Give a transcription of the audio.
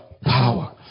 Power